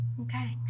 Okay